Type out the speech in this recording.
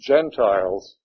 Gentiles